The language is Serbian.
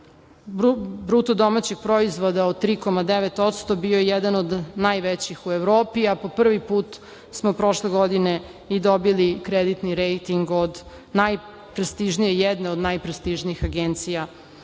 rast BDP od 3,9% bio je jedan od najvećih u Evropi, a po prvi put smo prošle godine i dobili kreditni rejting od najprestižnije, jedne od najprestižnijih agencija SNP i